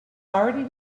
already